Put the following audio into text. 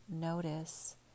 notice